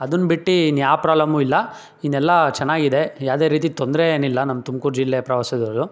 ಅದನ್ ಬಿಟ್ಟು ಇನ್ಯಾವ ಪ್ರಾಲಮ್ಮು ಇಲ್ಲ ಇನ್ನೆಲ್ಲ ಚೆನ್ನಾಗಿದೆ ಯಾವ್ದೇ ರೀತಿ ತೊಂದರೆ ಏನಿಲ್ಲ ನಮ್ಮ ತುಮ್ಕೂರು ಜಿಲ್ಲೆ ಪ್ರವಾಸದಲ್ಲೂ